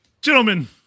Gentlemen